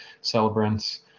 celebrants